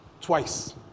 twice